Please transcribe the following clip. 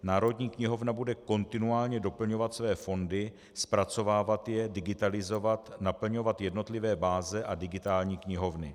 Národní knihovna bude kontinuálně doplňovat své fondy, zpracovávat je, digitalizovat, naplňovat jednotlivé báze a digitální knihovny.